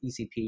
ECP